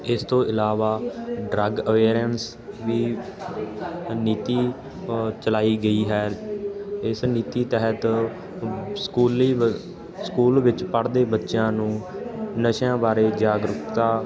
ਇਸ ਤੋਂ ਇਲਾਵਾ ਡਰੱਗ ਅਵੇਅਰਨਸ ਵੀ ਨੀਤੀ ਚਲਾਈ ਗਈ ਹੈ ਇਸ ਨੀਤੀ ਤਹਿਤ ਸਕੂਲੀ ਵ ਸਕੂਲ ਵਿੱਚ ਪੜ੍ਹਦੇ ਬੱਚਿਆਂ ਨੂੰ ਨਸ਼ਿਆਂ ਬਾਰੇ ਜਾਗਰੂਕਤਾ